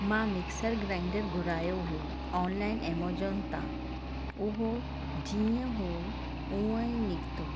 मां mixer grinder घुरायो हुओ ऑनलाइन एमोजन हितां उहो जीअं हुओ हूंअं ई निकितो